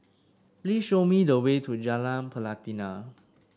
please show me the way to Jalan Pelatina